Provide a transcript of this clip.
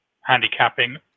handicapping